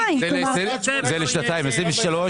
האמנתם שיצוצו כל